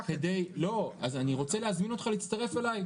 אז אני רוצה להזמין אותך להצטרף אליי,